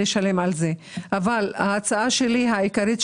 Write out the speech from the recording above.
ההצעה העיקרית שלי,